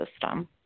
system